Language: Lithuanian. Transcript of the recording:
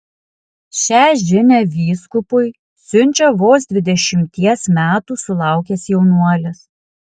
šią žinią vyskupui siunčia vos dvidešimties metų sulaukęs jaunuolis